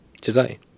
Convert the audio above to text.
Today